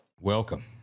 welcome